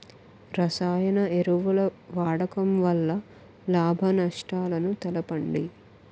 రసాయన ఎరువుల వాడకం వల్ల లాభ నష్టాలను తెలపండి?